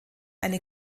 eine